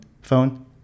phone